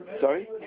Sorry